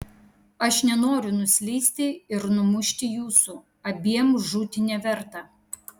aš nenoriu nuslysti ir numušti jūsų abiem žūti neverta